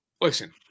listen